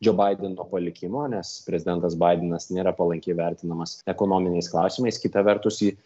džo baideno palikimo nes prezidentas baidenas nėra palankiai vertinamas ekonominiais klausimais kita vertus ji